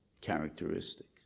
characteristic